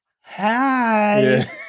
hi